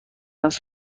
است